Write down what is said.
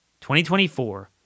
2024